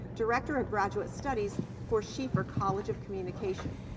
director of graduate studies for schieffer college of communication,